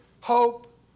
hope